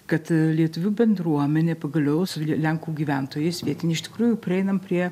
kad lietuvių bendruomenė pagaliau su lenkų gyventojais vietiniai iš tikrųjų prieinam prie